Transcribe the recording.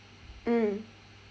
mm